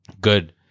good